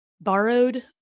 Borrowed